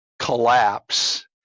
collapse